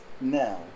now